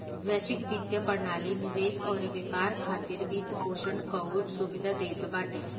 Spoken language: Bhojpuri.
वैश्विक वित्तीय प्रणाली निवेश अउरी व्यापार खातिर वित्तपोषण कअ सुविधा देत बाटे